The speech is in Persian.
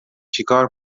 چیکار